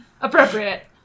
appropriate